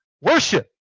worship